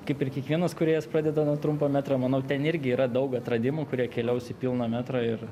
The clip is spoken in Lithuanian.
kaip ir kiekvienas kūrėjas pradeda nuo trumpo metro manau ten irgi yra daug atradimų kurie keliaus į pilną metrą ir